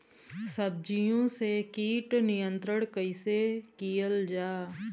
सब्जियों से कीट नियंत्रण कइसे कियल जा?